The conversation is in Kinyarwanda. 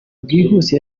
bwihuse